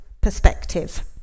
perspective